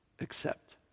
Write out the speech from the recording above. accept